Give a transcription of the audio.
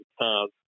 cars